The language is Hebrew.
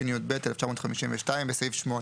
התשפ"ב 2023 תיקון סעיף 8